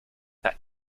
that